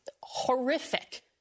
horrific